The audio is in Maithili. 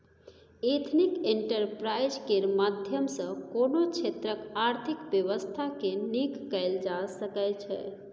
एथनिक एंटरप्राइज केर माध्यम सँ कोनो क्षेत्रक आर्थिक बेबस्था केँ नीक कएल जा सकै छै